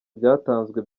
byatanzwe